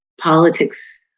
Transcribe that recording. politics